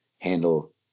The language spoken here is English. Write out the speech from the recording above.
handle